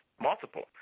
multiple